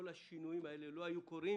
כל השינויים הללו לא היו קורים